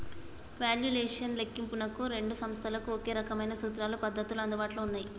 valuation లెక్కింపునకు రెండు సంస్థలకు ఒకే రకమైన సూత్రాలు, పద్ధతులు అందుబాటులో ఉన్నయ్యి